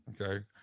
Okay